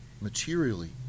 materially